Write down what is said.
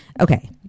Okay